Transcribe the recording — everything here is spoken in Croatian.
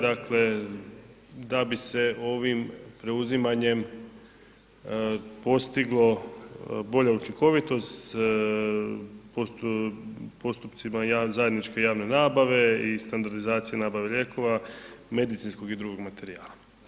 Dakle da bi se ovim preuzimanjem postiglo bolja učinkovitost postupcima zajedničke javne nabave i standardizacije nabave lijekova, medicinskog i drugog materijala.